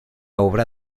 obra